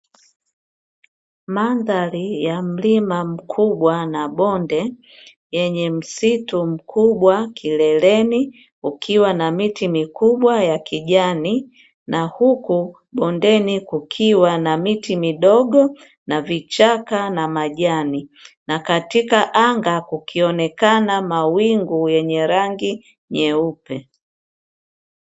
Mandhari ya mlima mkubwa na bonde yenye msitu mkubwa kileleni, ukiwa na miti mikubwa ya kijani na huku bondeni kukiwa na miti midogo na vichaka na majani, na katika anga kukionekana mawingu yenye rangi nyeupe.